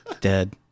Dead